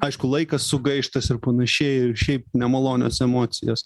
aišku laikas sugaištas ir panašiai ir šiaip nemalonios emocijos